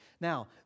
Now